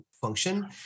function